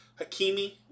Hakimi